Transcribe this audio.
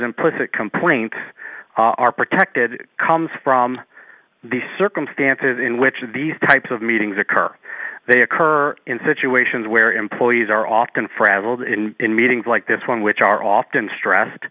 implicit complaint are protected comes from the circumstances in which these types of meetings occur they occur in situations where employees are often frazzled and in meetings like this one which are often stressed